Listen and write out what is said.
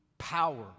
power